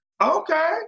Okay